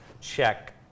check